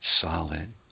solid